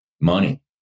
money